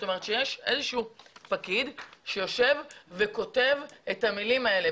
זאת אומרת שיש איזה שהוא פקיד שיושב וכותב את המילים האלה,